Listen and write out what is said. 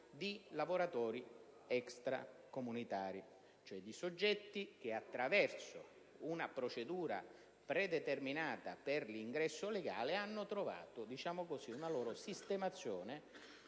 di lavoratori extracomunitari, cioè di soggetti che attraverso una procedura predeterminata per l'ingresso legale hanno trovato una loro sistemazione